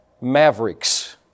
Mavericks